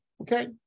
Okay